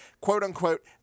quote-unquote